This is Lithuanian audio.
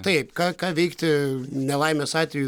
taip ką ką veikti nelaimės atveju